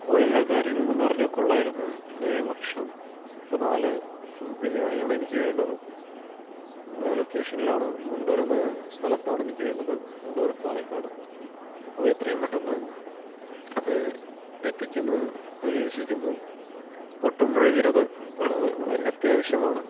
അപ്പോൾ എല്ലാ കാര്യങ്ങളും ഒന്ന് അറിഞ്ഞാൽ കൊള്ളാമായിരുന്നു പിന്നെ ഭക്ഷണം ഇപ്പോൾ നാല് ഫുൾ ബിരിയാണി ആണ് എനിക്ക് വേണ്ടത് ഇന്ന ലൊക്കേഷനിലാണ് മുണ്ടൂര് എന്ന സ്ഥലത്താണ് എനിക്ക് വേണ്ടത് മുണ്ടൂർ പാലക്കാട് അപ്പോൾ എത്രയും പെട്ടന്ന് അത് എത്തിക്കുമെന്ന് പ്രതീക്ഷിക്കുന്നു ഒട്ടും വൈകരുത് വളരെ അത്യാവശ്യമാണ്